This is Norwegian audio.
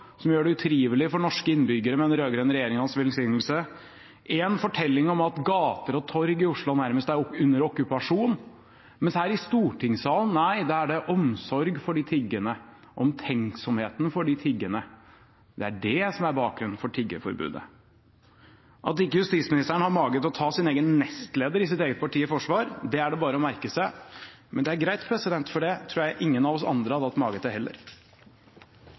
som gjør det utrivelig for norske innbyggere med den rød-grønne regjeringens velsignelse, en fortelling om at gater og torg i Oslo nærmest er under okkupasjon. Men her i stortingssalen er det omsorg for de tiggende, omtenksomheten for de tiggende – det er det som er bakgrunnen for tiggeforbudet. At ikke justisministeren har mage til å ta nestlederen i sitt eget parti i forsvar, er det bare å merke seg. Men det er greit, for det tror jeg ingen av oss andre hadde hatt mage til heller. Som flere har